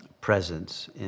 presence